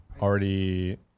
Already